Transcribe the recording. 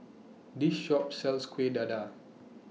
This Shop sells Kuih Dadar